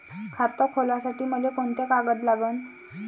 खात खोलासाठी मले कोंते कागद लागन?